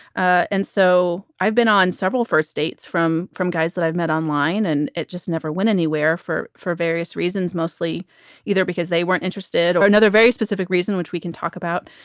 ah and so i've been on several first dates from. from guys that i've met online. and it just never went anywhere for for various reasons, mostly either because they weren't interested or another very specific reason which we can talk about.